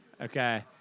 Okay